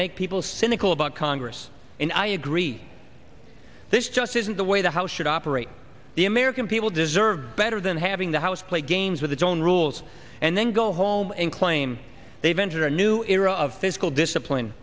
make people cynical about congress and i agree this just isn't the way the house should operate the american people deserve better than having the house play games with its own rules and then go home and claim they've entered a new era of fiscal discipline